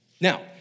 Now